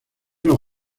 los